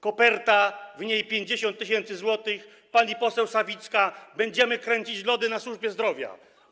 Koperta, w niej 50 tys. zł, pani poseł Sawicka: będziemy kręcić lody na służbie zdrowia.